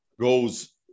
goes